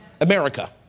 America